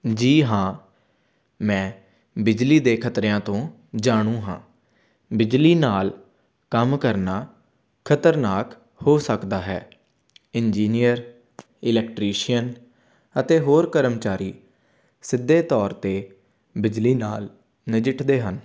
ਜੀ ਹਾਂ ਮੈਂ ਬਿਜਲੀ ਦੇ ਖਤਰਿਆਂ ਤੋਂ ਜਾਣੂ ਹਾਂ ਬਿਜਲੀ ਨਾਲ ਕੰਮ ਕਰਨਾ ਖਤਰਨਾਕ ਹੋ ਸਕਦਾ ਹੈ ਇੰਜੀਨੀਅਰ ਇਲੈਕਟਰੀਸ਼ੀਅਨ ਅਤੇ ਹੋਰ ਕਰਮਚਾਰੀ ਸਿੱਧੇ ਤੌਰ 'ਤੇ ਬਿਜਲੀ ਨਾਲ ਨਜਿੱਠਦੇ ਹਨ